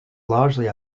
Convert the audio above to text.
largely